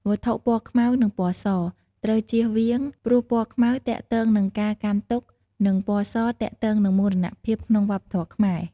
វត្ថុពណ៌ខ្មៅនិងពណ៌ស ត្រូវចៀសវាងព្រោះពណ៌ខ្មៅទាក់ទងនឹងការកាន់ទុក្ខ និងពណ៌សទាក់ទងនឹងមរណភាពក្នុងវប្បធម៌ខ្មែរ។